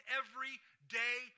everyday